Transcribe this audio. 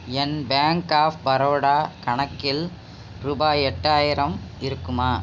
N bank of Baroda கணக்கில் ரூபாய் எட்டாயிரம் இருக்குமா